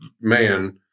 man